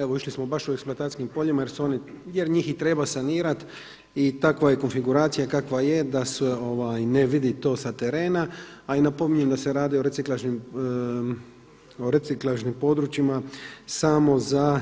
Evo išli smo baš u eksploatacijskim poljima jer njih i treba sanirati i takva je konfiguracija kakva je da se ne vidi to sa terena, a i napominjem da se radi o reciklažnim područjima samo za